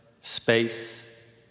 space